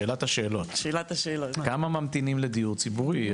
שאלת השאלות, כמה ממתינים לדיור ציבורי?